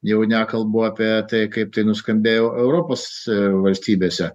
jau nekalbu apie tai kaip tai nuskambėjo europos valstybėse